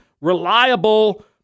reliable